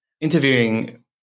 interviewing